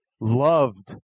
loved